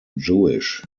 jewish